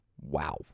Wow